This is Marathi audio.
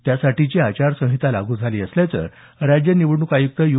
त्यासाठीची आचारसंहिता लागू झाली असल्याचं राज्य निवडणूक आयुक्त यू